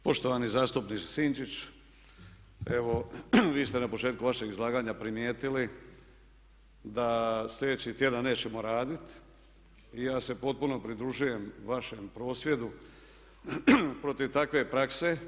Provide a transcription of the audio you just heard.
Poštovani zastupniče Sinčić evo vi ste na početku vašeg izlaganja primijetili da sljedeći tjedan nećemo raditi i ja se potpuno pridružujem vašem prosvjedu protiv takve prakse.